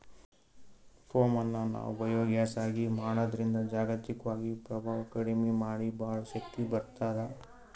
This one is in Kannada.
ಪೋಮ್ ಅನ್ನ್ ನಾವ್ ಬಯೋಗ್ಯಾಸ್ ಆಗಿ ಮಾಡದ್ರಿನ್ದ್ ಜಾಗತಿಕ್ವಾಗಿ ಪ್ರಭಾವ್ ಕಡಿಮಿ ಮಾಡಿ ಭಾಳ್ ಶಕ್ತಿ ಬರ್ತ್ತದ